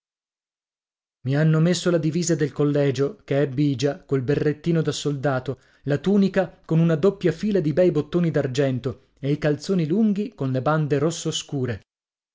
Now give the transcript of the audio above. i hanno messo la divisa del collegio che è bigia col berrettino da soldato la tunica con una doppia fila di bei bottoni d'argento e i calzoni lunghi con le bande rosso scure